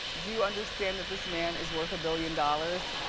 do you understand that this man is worth a billion dollars?